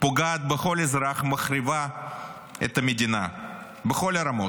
פוגעת בכל אזרח, מחריבה את המדינה בכל הרמות.